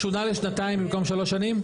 שונה לשנתיים במקום שלוש שנים?